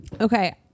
Okay